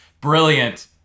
brilliant